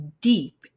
deep